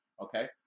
Okay